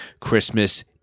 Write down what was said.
Christmas